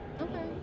Okay